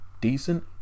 decent